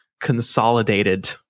consolidated